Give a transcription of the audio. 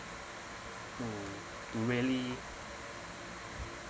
to to really